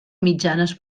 mitjanes